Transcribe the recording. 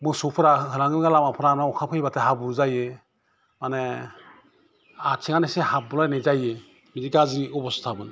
मोसौफ्रा होलांङोबा लामाफोरा अखाफैबाथाय हाब्रु जायो मानि आथिङावनो एसे हाबगु लायनाय जायो बिदि गाज्रि अबस्थामोन